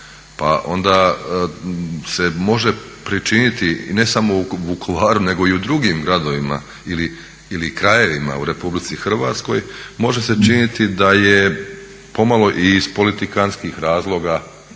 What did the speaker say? pa onda se može pričiniti ne samo u Vukovaru, nego i u drugim gradovima ili krajevima u RH može se činiti da je pomalo i iz politikantskih razloga,